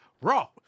Raw